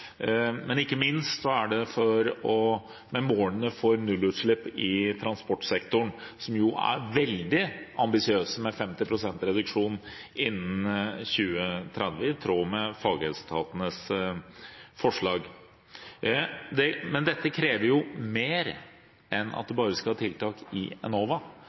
Men ikke minst gjelder det målet om nullutslipp i transportsektoren, som er veldig ambisiøst, med 50 pst. reduksjon innen 2030, i tråd med fagetatenes forslag. Men dette krever mer enn at det bare skal komme tiltak i Enova.